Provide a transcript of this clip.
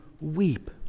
weep